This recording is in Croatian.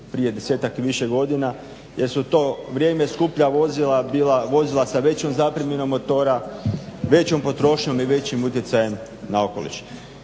prije desetak i više godina jer su u to vrijeme bila skuplja vozila, vozila sa većom zapremninom motora, većom potrošnjom i većim utjecajem na okoliš.